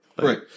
Right